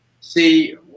see